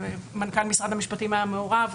מנכ"ל משרד המשפטים היה מעורב.